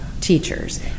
teachers